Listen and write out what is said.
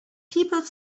people